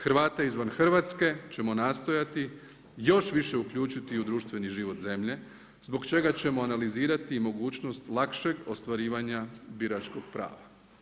Hrvate izvan Hrvatske ćemo nastojati još više uključiti u društveni život zemlje zbog čega ćemo analizirati mogućnost lakšeg ostvarivanja biračkog prava.